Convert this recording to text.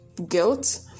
guilt